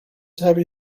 heavy